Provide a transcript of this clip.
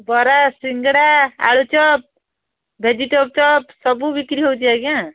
ବରା ସିଙ୍ଗେଡ଼ା ଆଳୁଚପ୍ ଭେଜିଟେବଲ୍ ଚପ୍ ସବୁ ବିକ୍ରି ହେଉଛି ଆଜ୍ଞା